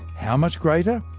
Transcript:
how much greater?